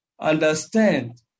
understand